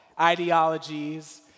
ideologies